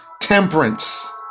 temperance